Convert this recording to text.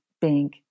bank